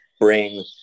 bring